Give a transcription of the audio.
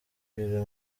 ibiro